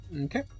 Okay